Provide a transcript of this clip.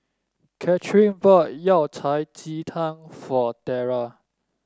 Kathrine bought Yao Cai Ji Tang for Tiera